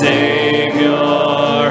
Savior